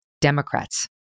Democrats